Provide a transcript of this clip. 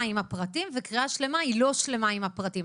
עם הפרטים וקריאה שנייה היא לא שלמה עם הפרטים?